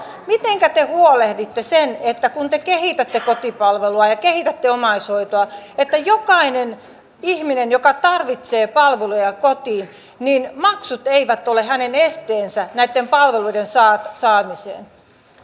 mitenkä te huolehditte siitä kun te kehitätte kotipalvelua ja kehitätte omaishoitoa että kenellekään ihmiselle joka tarvitsee palveluja kotiin eivät maksut ole esteenä näitten palveluiden saamiselle